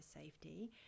safety